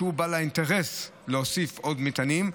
שהוא בעל האינטרס להוסיף עוד מטענים,